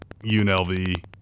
UNLV